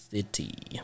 City